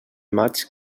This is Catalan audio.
maig